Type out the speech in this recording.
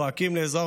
צועקים לעזרה,